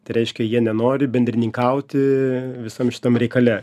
tai reiškia jie nenori bendrininkauti visam šitam reikale